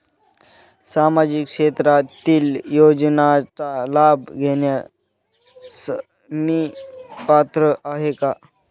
सामाजिक क्षेत्रातील योजनांचा लाभ घेण्यास मी पात्र आहे का?